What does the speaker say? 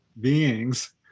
beings